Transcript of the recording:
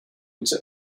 into